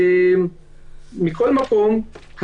מכל מקום,